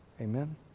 Amen